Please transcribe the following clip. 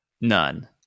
None